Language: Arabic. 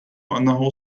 انه